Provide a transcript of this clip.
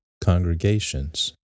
congregations